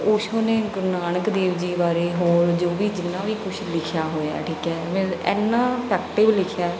ਓਸ਼ੋ ਨੇ ਗੁਰੂ ਨਾਨਕ ਦੇਵ ਜੀ ਬਾਰੇ ਹੋਰ ਜੋ ਵੀ ਜਿੰਨਾ ਵੀ ਕੁਝ ਲਿਖਿਆ ਹੋਇਆ ਠੀਕ ਹੈ ਮੀਨਜ਼ ਇੰਨਾ ਇਫੈਕਟਿਵ ਲਿਖਿਆ